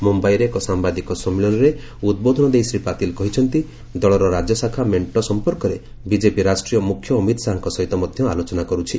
ମୁମ୍ବାଇରେ ଏକ ସାମ୍ଭାଦିକ ସମ୍ମିଳନୀରେ ଉଦ୍ବୋଧନ ଦେଇ ଶ୍ରୀ ପାତିଲ୍ କହିଛନ୍ତି ଦଳର ରାଜ୍ୟଶାଖା ମେଣ୍ଟ ସମ୍ପର୍କରେ ବିଜେପି ରାଷ୍ଟ୍ରୀୟ ମୁଖ୍ୟ ଅମିତ ଶାହାଙ୍କ ସହିତ ମଧ୍ୟ ଆଲୋଚନା କରୁଛି